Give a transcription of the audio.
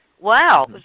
Wow